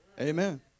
Amen